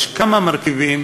יש כמה מרכיבים,